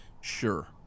Sure